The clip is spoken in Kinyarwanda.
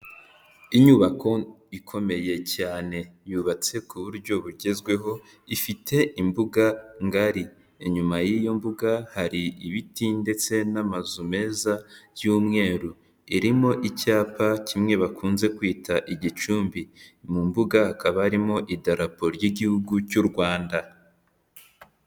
inyubako ikomeye cyane yubatse ku buryo bugezweho ifite imbuga ngari inyuma y'iyo mbuga hari ibiti ndetse n'amazu meza y'umweru irimo icyapa kimwe bakunze kwita igicumbi m'mIbuga hakaba harimo idarapo ry'igihugu cy'URwanda.